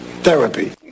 Therapy